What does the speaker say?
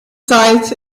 zeit